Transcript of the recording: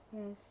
yes